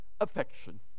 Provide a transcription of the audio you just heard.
affection